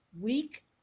week